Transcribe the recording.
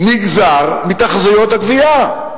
נגזר מתחזיות הגבייה.